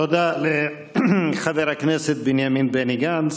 תודה לחבר הכנסת בנימין בני גנץ.